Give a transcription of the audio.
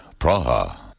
Praha